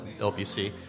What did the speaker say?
LBC